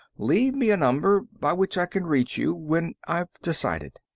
leave me a number by which i can reach you when i've decided.